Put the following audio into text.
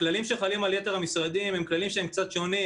הכללים שחלים על יתר המשרדים הם קצת שונים.